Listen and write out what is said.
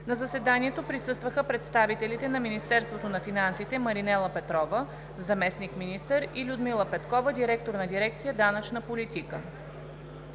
На заседанието присъстваха представителите на Министерството на финансите: Маринела Петрова – заместник-министър, и Людмила Петкова – директор на дирекция „Данъчна политика“.